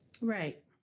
right